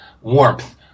warmth